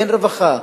אין רווחה,